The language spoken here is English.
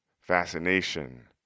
fascination